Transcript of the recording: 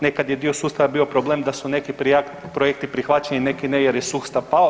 Nekad je dio sustava bio problem da su neki projekti prihvaćeni, neki ne jer je sustav pao.